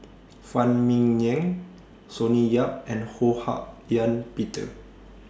Phan Ming Yen Sonny Yap and Ho Hak Ean Peter